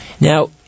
Now